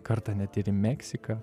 kartą net ir į meksika